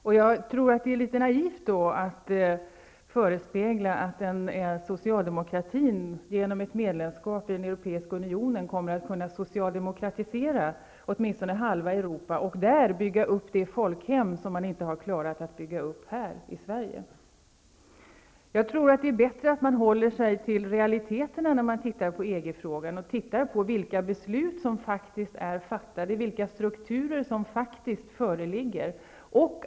Jag tror därför att det är litet naivt att förespegla att socialdemokratin genom ett medlemskap i den europeiska unionen kommer att kunna socialdemokratisera åtminstone halva Europa och där bygga upp det folkhem som man inte har klarat att bygga upp här i Sverige. Jag tror det är bättre att man håller sig till realiteterna när man tittar på EG-frågan. Titta på vilka beslut som är fattade, vilka strukturer som faktiskt föreligger.